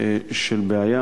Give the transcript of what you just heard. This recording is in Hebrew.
של בעיה.